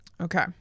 Okay